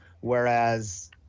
whereas